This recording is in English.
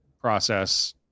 process